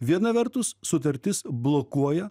viena vertus sutartis blokuoja